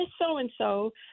so-and-so